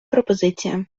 пропозиція